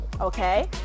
okay